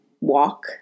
walk